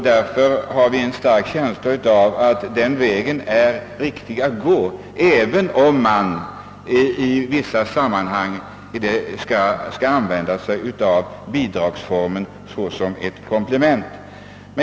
Därför har vi en stark känsla av att detta är en riktig väg att gå, även om man i vissa sammanhang skall använda sig av bidragsformen såsom ett komplement.